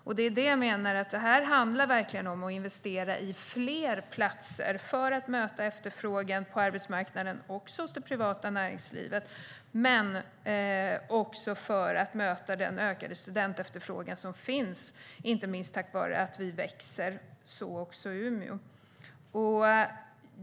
Här handlar det verkligen om att investera i fler platser för att möta efterfrågan på arbetsmarknaden också hos det privata näringslivet men också för att möta den ökade studentefterfrågan, som finns inte minst tack vare att vi växer, så också i Umeå.